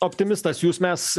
optimistas jūs mes